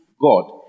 God